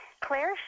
Claire